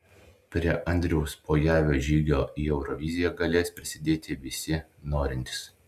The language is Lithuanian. prie andriaus pojavio žygio į euroviziją galės prisidėti visi norintys